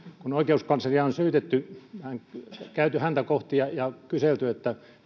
kun oikeuskansleria on syytetty ja käyty häntä kohti ja kyselty